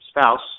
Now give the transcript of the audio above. spouse